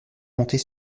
monter